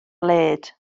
led